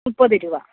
മുപ്പത് രൂപ